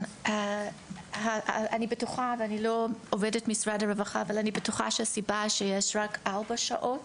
אני לא עובדת משרד הרווחה אבל אני בטוחה שהסיבה שיש רק ארבע שעות